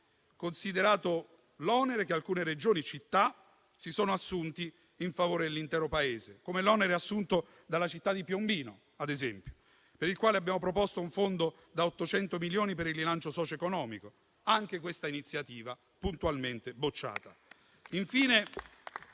considerato l'onere che alcune Regioni e città si sono assunti in favore dell'intero Paese: ad esempio, l'onere assunto dalla città di Piombino, per il quale abbiamo proposto un fondo da 800 milioni per il rilancio socioeconomico; ma anche questa iniziativa è stata puntualmente bocciata.